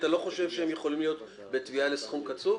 אתה לא חושב שהם יכולים להיות בתביעה לסכום קצוב?